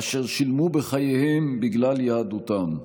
אשר שילמו בחייהם בגלל יהדותם.